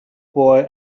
boy